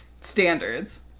standards